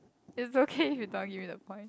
is okay if you don't give me the point